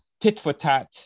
tit-for-tat